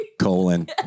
Colon